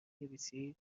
نویسید